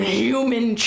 human